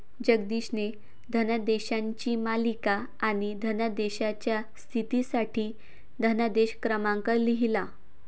जगदीशने धनादेशांची मालिका आणि धनादेशाच्या स्थितीसाठी धनादेश क्रमांक लिहिला